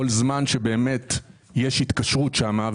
כל זמן שבאמת יש התקשרות שם,